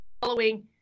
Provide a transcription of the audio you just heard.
following